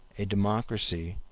a democracy,